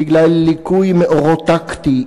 בגלל ליקוי מאורות טקטי,